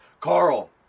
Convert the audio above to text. carl